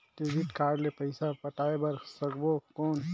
Debit card ले पइसा पटाय बार सकबो कौन?